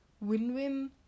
Win-Win